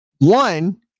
one